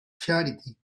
charity